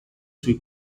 sui